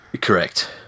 correct